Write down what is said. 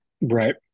Right